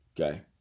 Okay